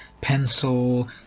pencil